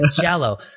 shallow